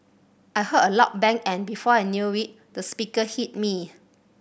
I heard a loud bang and before I knew it the speaker hit me